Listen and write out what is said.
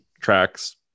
tracks